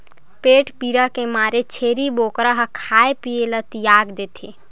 पेट पीरा के मारे छेरी बोकरा ह खाए पिए ल तियाग देथे